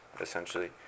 essentially